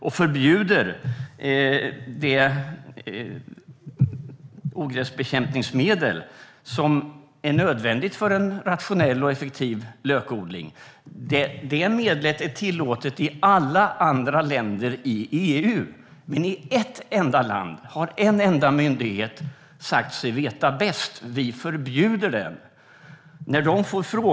Man förbjuder det ogräsbekämpningsmedel som är nödvändigt för en rationell och effektiv lökodling. Medlet är tillåtet i alla andra länder i EU. Men i ett enda land har en enda myndighet sagt sig veta bäst och förbjudit det.